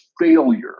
failure